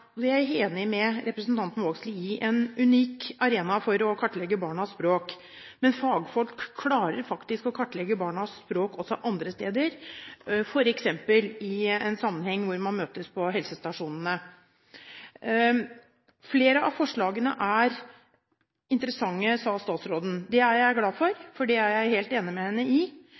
er jeg enig med representanten Vågslid i – en unik arena for å kartlegge barnas språk, men fagfolk klarer faktisk å kartlegge barnas språk også andre steder, f.eks. på helsestasjonene. Flere av forslagene er interessante, sa statsråden. Det er jeg glad for å høre, for det er jeg helt enig med henne i,